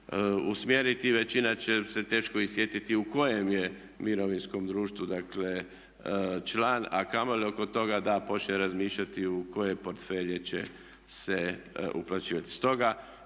usmjeriti većina će se teško i sjetiti u kojem je mirovinskom društvu član a kamoli oko toga da počne razmišljati u koje portfelje će se uplaćivati.